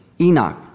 Enoch